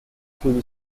through